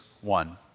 one